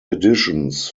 editions